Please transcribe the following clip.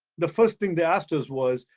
the first thing they asked us was,